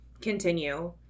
continue